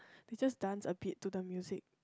they just dance a bit to the music